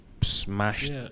smashed